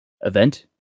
event